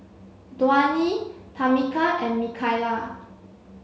Dwyane Tamika and Mikayla